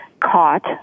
caught